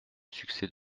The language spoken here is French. succès